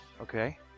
Okay